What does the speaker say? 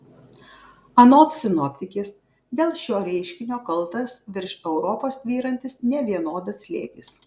anot sinoptikės dėl šio reiškinio kaltas virš europos tvyrantis nevienodas slėgis